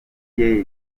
rye